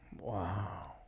Wow